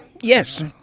Yes